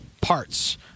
parts